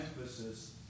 emphasis